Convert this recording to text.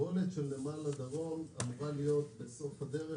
הקיבולת של נמל הדרום אמורה להיות בסוף הדרך